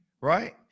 Right